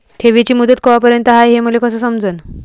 ठेवीची मुदत कवापर्यंत हाय हे मले कस समजन?